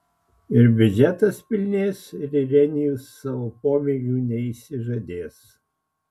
ir biudžetas pilnės ir irenijus savo pomėgių neišsižadės